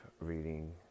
reading